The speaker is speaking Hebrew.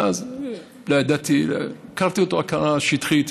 ואז לא ידעתי, הכרתי אותו היכרות שטחית.